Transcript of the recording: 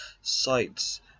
sites